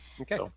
Okay